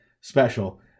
special